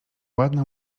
ładna